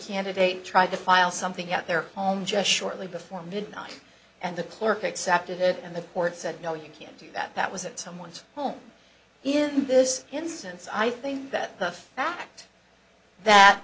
candidate tried to file something at their home just shortly before midnight and the clerk accepted it and the court said no you can't do that that was at someone's home in this instance i think that the fact that